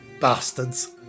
bastards